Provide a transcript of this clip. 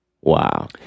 Wow